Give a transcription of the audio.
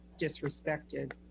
disrespected